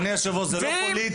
אבל אדוני יושב הראש זה לא פוליטי,